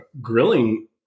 grilling